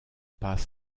pas